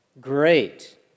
great